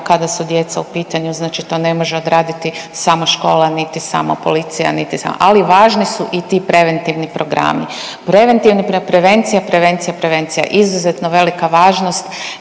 Kada su djeca u pitanju znači to ne može odraditi samo škola, niti samo policija, niti samo, ali važni su i ti preventivni programi. Preventivni, prevencija, prevencija, prevencija. Izuzetno velika važnost